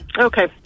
Okay